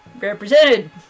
represented